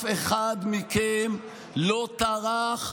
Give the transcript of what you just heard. אף אחד מכם לא טרח,